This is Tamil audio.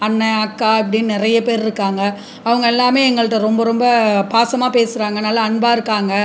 அண்ணன் அக்கா அப்படின்னு நிறைய பேர் இருக்காங்கள் அவங்க எல்லாமே எங்கள்கிட்ட ரொம்ப ரொம்ப பாசமாக பேசுகிறாங்க நல்லா அன்பாக இருக்காங்க